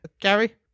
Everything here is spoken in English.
Gary